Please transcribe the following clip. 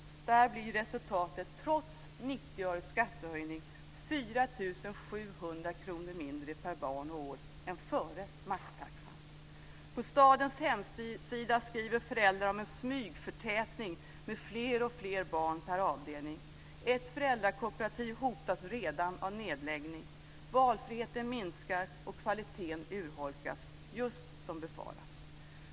Där blir resultatet, trots 90 öres skattehöjning, 4 700 kr mindre per barn och år än före maxtaxan. På stadens hemsida skriver föräldrar om en smygförtätning med fler och fler barn per avdelning. Ett föräldrakooperativ hotas redan av nedläggning. Valfriheten minskar och kvaliteten urholkas, just som befarat.